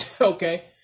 Okay